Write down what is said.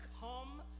come